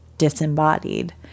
disembodied